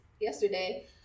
yesterday